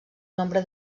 nombre